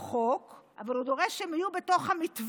מהחוק אבל הוא דורש שהן יהיו בתוך המתווה.